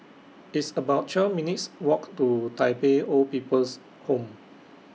It's about twelve minutes' Walk to Tai Pei Old People's Home